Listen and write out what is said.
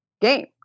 game